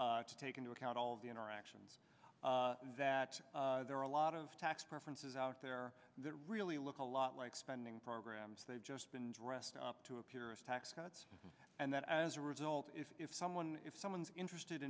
take into account all the interactions that there are a lot of tax preferences out there that really look a lot like spending programs they've just been dressed up to a purist tax cuts and that as a result if someone if someone's interested